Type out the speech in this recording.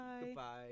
Goodbye